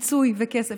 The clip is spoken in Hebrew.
פיצוי וכסף.